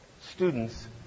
Students